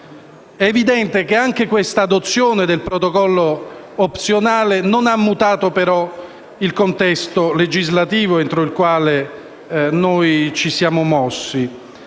È evidente che l'adozione del Protocollo opzionale non ha mutato, però, il contesto legislativo entro il quale ci siamo mossi.